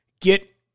get